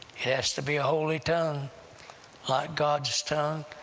has to be a holy tongue like god's tongue,